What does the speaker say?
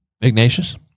Ignatius